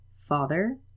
father